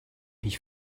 mich